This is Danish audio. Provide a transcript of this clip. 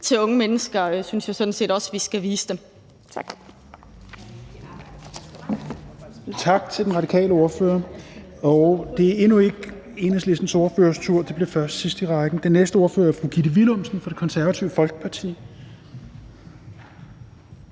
Kl. 16:43 Fjerde næstformand (Rasmus Helveg Petersen): Tak til den radikale ordfører. Det er endnu ikke Enhedslistens ordførers tur, det bliver først sidst i rækken. Den næste ordfører er fru Gitte Willumsen fra Det Konservative Folkeparti.